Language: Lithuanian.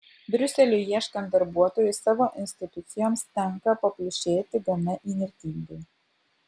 briuseliui ieškant darbuotojų savo institucijoms tenka paplušėti gana įnirtingai